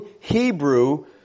Hebrew